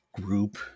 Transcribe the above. group